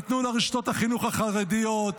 נתנו לרשתות החינוך החרדיות,